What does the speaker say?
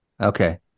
Okay